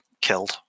killed